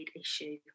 issue